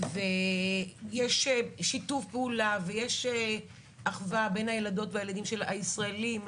יש שיתוף פעולה ויש אחווה בין הילדות והילדים של הישראלים,